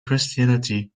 christianity